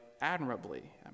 admirably